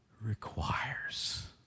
requires